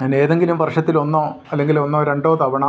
ഞാനേതെങ്കിലും വർഷത്തിലൊന്നോ അല്ലെങ്കിലൊന്നോ രണ്ടോ തവണ